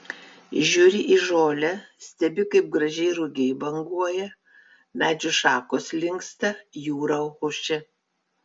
žiūri į žolę stebi kaip gražiai rugiai banguoja medžių šakos linksta jūra ošia